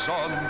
on